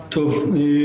בבקשה.